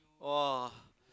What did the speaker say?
!wah!